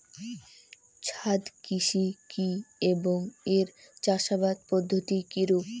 ছাদ কৃষি কী এবং এর চাষাবাদ পদ্ধতি কিরূপ?